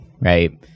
right